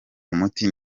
umuti